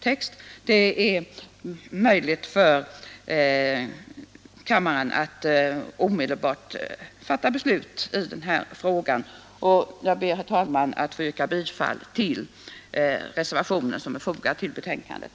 Kammaren har möjlighet att omedelbart fatta beslut i den här frågan. Jag ber, herr talman, att få yrka bifall till reservationen som är fogad till betänkandet.